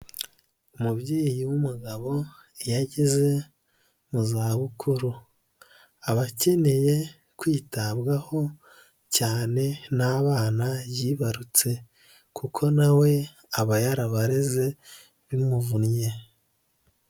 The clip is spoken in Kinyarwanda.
Umubyeyi w'umugabo iyo ageze mu za bukuru, aba akeneye kwitabwaho cyane n'abana yibarutse, kuko nawe aba yarabareze bimuvunnye.